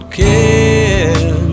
care